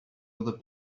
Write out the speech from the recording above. other